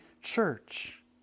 church